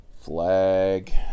flag